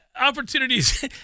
Opportunities